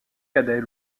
cadet